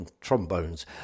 trombones